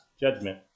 judgment